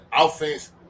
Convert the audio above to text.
Offense